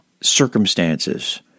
circumstances